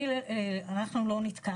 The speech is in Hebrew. אני, בעצם אנחנו לא נתקלנו.